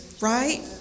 right